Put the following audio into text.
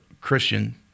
Christian